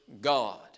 God